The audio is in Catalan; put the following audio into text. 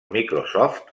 microsoft